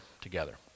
together